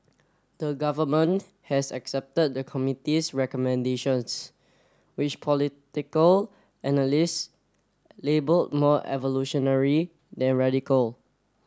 the government has accepted the committee's recommendations which political analysts label more evolutionary than radical